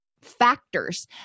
factors